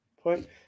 Point